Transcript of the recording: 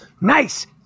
nice